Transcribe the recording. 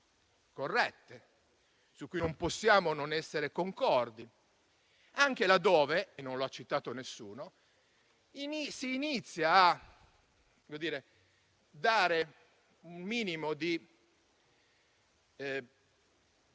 corrette e che su di esse non possiamo non essere concordi, anche laddove - e non lo ha citato nessuno - si inizia a dare un minimo di